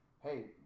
hey